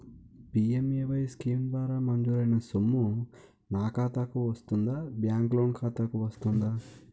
PMAY scheme ద్వారా మంజూరైన సొమ్ము నా ఖాతా కు వస్తుందాబ్యాంకు లోన్ ఖాతాకు వస్తుందా?